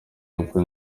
uko